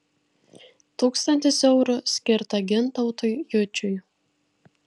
tūkstantis eurų skirta gintautui jučiui